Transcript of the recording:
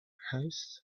haste